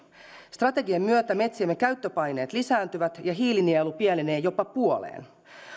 strategian myötä metsiemme käyttöpaineet lisääntyvät ja hiilinielu pienenee jopa puoleen